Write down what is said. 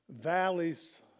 valleys